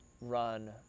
run